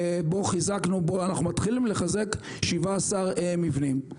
ובו אנחנו מתחילים לחזק 17 מבנים.